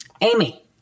Amy